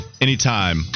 anytime